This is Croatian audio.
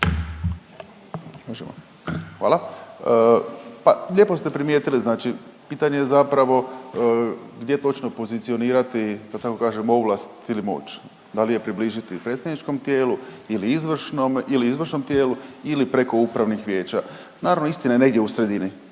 (HDZ)** Hvala. Pa lijepo ste primijetili znači pitanje je zapravo gdje točno pozicionirati da tako kažem ovlast ili moć, da li je približiti predstavničkom tijelu ili izvršnom tijelu ili preko upravnih vijeća. Naravno istina je negdje u sredini.